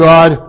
God